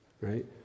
right